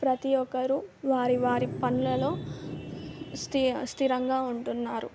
ప్రతీ ఒక్కరూ వారి వారి పనులలో స్థి స్థిరంగా ఉంటున్నారు